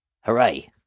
Hooray